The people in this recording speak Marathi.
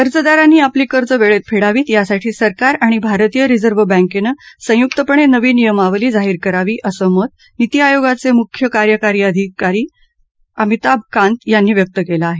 कर्जदारांनी आपली कर्ज वेळेत फेडावीत यासाठी सरकार आणि भारतीय रिझर्व्ह बँकेनं संयुकपणे नवी नियमावली जाहीर करावी असं मत नीती आयोगाचे मुख्य कार्याकारी अधिकारी अमिताभ कांत यांनी व्यक्त केलं आहे